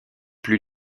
plus